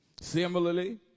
Similarly